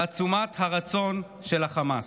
על עצומת הרצון של חמאס.